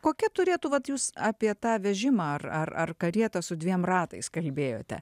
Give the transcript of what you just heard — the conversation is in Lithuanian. kokia turėtų vat jūs apie tą vežimą ar ar ar karietą su dviem ratais kalbėjote